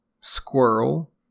squirrel